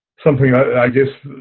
something i guess,